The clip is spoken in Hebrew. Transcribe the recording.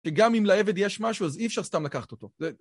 כי גם אם לעבד יש משהו, אז אי אפשר סתם לקחת אותו.